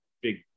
big